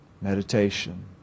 Meditation